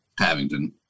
Havington